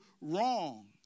wrong